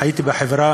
חייתי בחברה